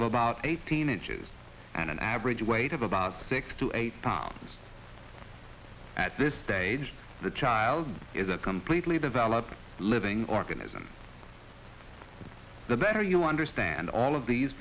about eighteen inches and an average weight of about six to eight pounds at this stage the child is a completely developed living organism and the better you understand all of these